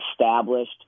established